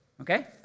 Okay